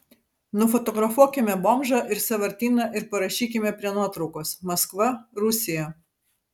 nufotografuokime bomžą ir sąvartyną ir parašykime prie nuotraukos maskva rusija